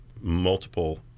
Multiple